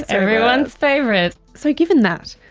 everyone's favourite. so given that,